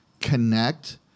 connect